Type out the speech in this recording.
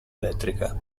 elettrica